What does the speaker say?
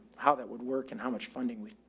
how that would work and how much funding we,